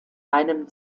einem